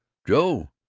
joe,